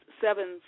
seven